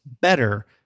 better